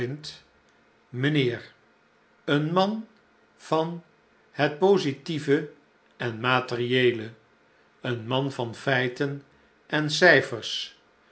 mijnheer een man van het positieve en materieele een man van feiten en cijfers